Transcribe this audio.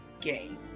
game